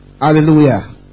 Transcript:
Hallelujah